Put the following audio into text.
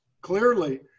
clearly